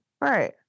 right